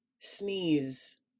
sneeze